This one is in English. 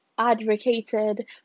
advocated